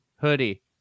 hoodie